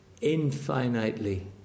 infinitely